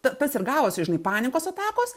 ta tas ir gavosi žinai panikos atakos